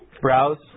Browse